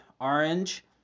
Orange